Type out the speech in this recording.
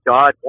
God